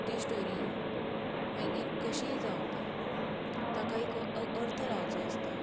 ती स्टोरी मागीर कशीय जाव ती ताका एक अ अ अर्थ लावचो आसता